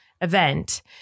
event